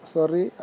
Sorry